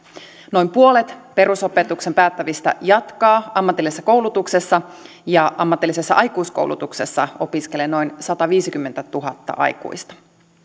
noin puolet perusopetuksen päättävistä jatkaa ammatillisessa koulutuksessa ja ammatillisessa aikuiskoulutuksessa opiskelee noin sataviisikymmentätuhatta aikuista